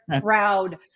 proud